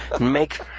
Make